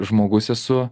žmogus esu